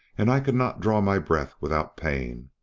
and i could not draw my breath without pain.